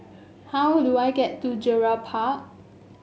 how do I get to Gerald Park